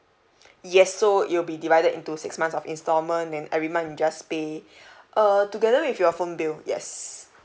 yes so it'll be divided into six months of instalment then every month you just pay err together with your phone bill yes